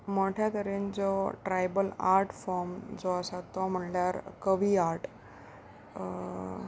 मोठ्या तरेन जो ट्रायबल आर्ट फॉर्म जो आसा तो म्हणल्यार कवी आर्ट